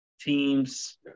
teams